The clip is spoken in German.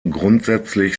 grundsätzlich